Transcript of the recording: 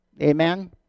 Amen